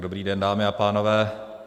Dobrý den, dámy a pánové.